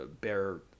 bear